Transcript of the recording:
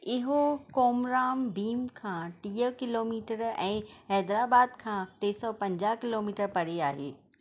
इहो कोमराम भीम खां टीह किलोमीटर ऐं हैदराबाद खां टे सौ पंजाहु किलोमीटर परे आहे